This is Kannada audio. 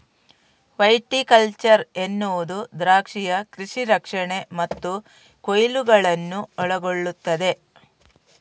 ವೈಟಿಕಲ್ಚರ್ ಎನ್ನುವುದು ದ್ರಾಕ್ಷಿಯ ಕೃಷಿ ರಕ್ಷಣೆ ಮತ್ತು ಕೊಯ್ಲುಗಳನ್ನು ಒಳಗೊಳ್ಳುತ್ತದೆ